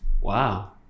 Wow